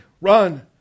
run